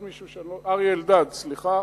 ועוד מישהו, אריה אלדד, סליחה.